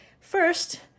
first